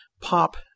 pop